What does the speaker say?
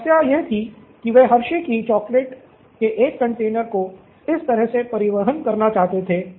समस्या यह थी कि वे हर्षे की चॉकलेट के एक कंटेनर को इस तरह से परिवहन करना चाहते थे